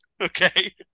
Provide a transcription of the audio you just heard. Okay